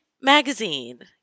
magazine